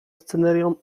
scenerią